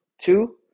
two